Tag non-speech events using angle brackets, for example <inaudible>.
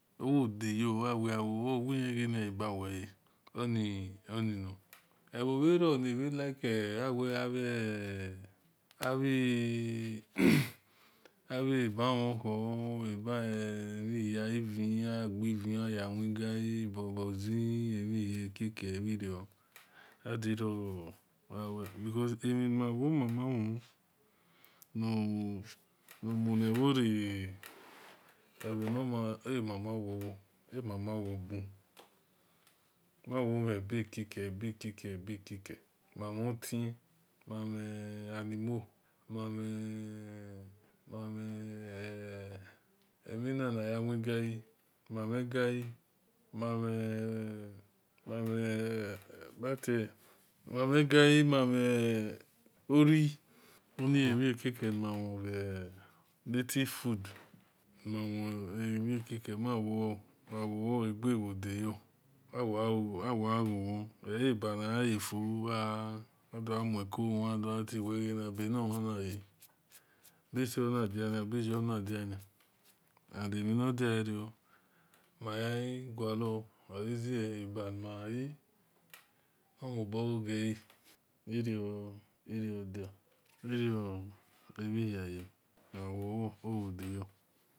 Wu do de̠ do̠ wel gha lo wile ebe wele oni nen ebho bhe ho like <hesitation> <noise> ebamholohon <hesitation> aghi ghi vi aghi ya wingai abi bobo-zi emhi ekeke bhi rio adi rior gha lue because emhe ni ma mobo mama mhen <hesitation> ebhono̠ma ema-mo bho bun ma wo mhe bekeke-ba-ke-ke ma mhon tie mameh alimo ma <hesitation> maihe emhina na gha win gai ma mhe gai <hesitation> ma mhe ori oni ebakeke ni mamhen native fruit ma mhen mhie keke ma bho loma gha lor egbe wo deya awo gha ghon-ghon ebe na yale fo ado-gha mue-ko mhan ado ghu tie be̠ nor mhan-na le be̠ze o-nadiana e̠mhi bhi nia magualor oleze eba na le mu mobo na le iridia <hesitation> mo emihia ye mawo lo owo deyor.